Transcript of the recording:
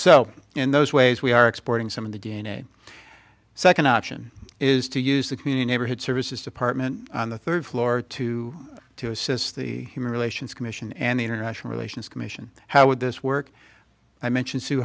so in those ways we are exporting some of the d n a second option is to use the community neighborhood services department on the third floor to to assist the human relations commission and the international relations commission how would this work i mentioned sue